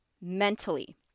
mentally